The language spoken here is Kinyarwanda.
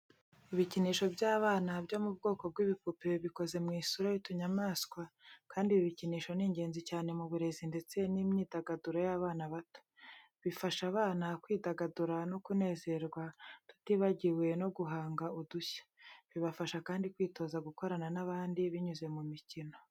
Ibikinisho by’abana byo mu bwoko bw'ibipupe bikoze mu isura y'utunyamaswa kandi ibi bikinisho ni ingenzi cyane mu burezi ndetse n’imyidagaduro y’abana bato. Bifasha abana kwidagadura no kunezerwa tutibagiwe no guhanga udushya. Bibafasha kandi kwitoza gukorana n’abandi binyuze mu mikino.